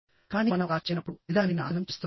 కానీ మనం అలా చేయనప్పుడు అది దానిని నాశనం చేస్తుంది